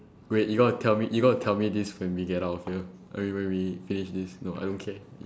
wait you gotta tell me you gotta tell me this when we get out of here okay when we finish this no I don't care